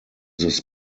this